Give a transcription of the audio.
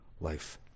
life